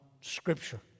Scripture